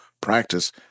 practice